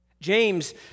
James